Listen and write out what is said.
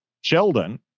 Sheldon